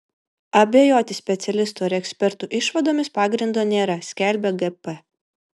abejoti specialistų ar ekspertų išvadomis pagrindo nėra skelbia gp